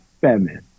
Batman